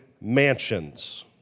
mansions